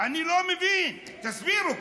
אני לא מבין, תסבירו.